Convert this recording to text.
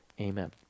Amen